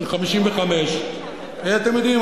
בן 55. אתם יודעים,